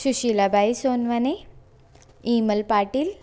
सुशीला बाई सोनवाने इमल पाटिल